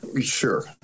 Sure